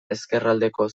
ezkerraldeko